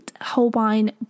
holbein